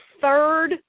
third